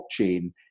blockchain